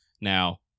Now